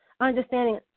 understanding